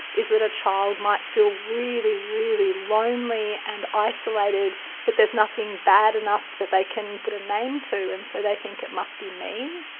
is that a child might feel really, really lonely and isolated but there's nothing bad enough that they can put a name to, and so they think it must be me.